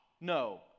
no